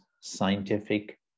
scientific